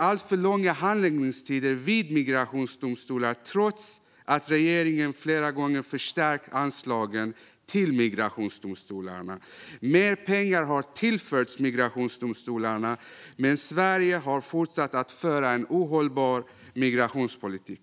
alltför långa handläggningstider vid migrationsdomstolar, trots att regeringen flera gånger förstärkt anslagen till migrationsdomstolarna. Mer pengar har tillförts migrationsdomstolarna, men Sverige har fortsatt att föra en ohållbar migrationspolitik.